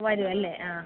വരും അല്ലേ ആ